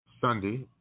Sunday